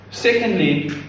Secondly